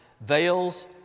veils